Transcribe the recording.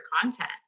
content